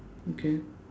okay